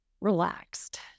relaxed